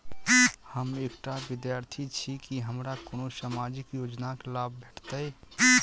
हम एकटा विद्यार्थी छी, की हमरा कोनो सामाजिक योजनाक लाभ भेटतय?